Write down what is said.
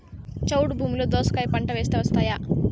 చౌడు భూమిలో దోస కాయ పంట వేస్తే వస్తాయా?